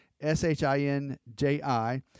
S-H-I-N-J-I